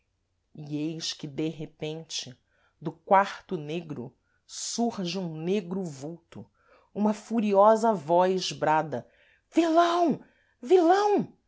que de repente do quarto negro surge um negro vulto uma furiosa voz brada vilão